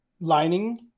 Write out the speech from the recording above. lining